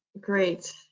Great